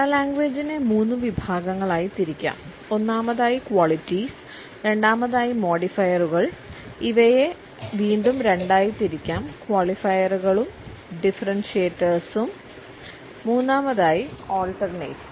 പരാലാംഗ്വേജ്ജിനെ മൂന്ന് വിഭാഗങ്ങളായി തിരിക്കാം ഒന്നാമതായി ക്വാലറ്റീസ്